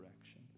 direction